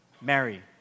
Mary